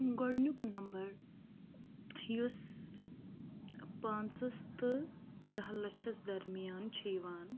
گۄڈٕنیُک نمبر یُس پانٛژَس تہٕ دَہ لَچھَس درمیان چھُ یِوان